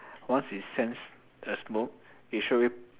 once it sense a smoke it straightaway